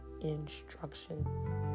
instruction